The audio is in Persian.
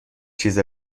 چیز